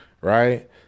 right